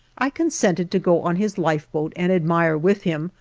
i consented to go on his lifeboat and admire with him,